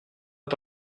pas